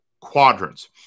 quadrants